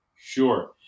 Sure